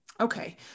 Okay